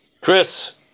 Chris